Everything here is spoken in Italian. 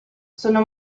sono